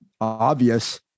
obvious